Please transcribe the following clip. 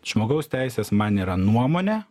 žmogaus teisės man yra nuomonė